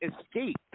escape